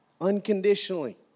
unconditionally